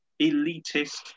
elitist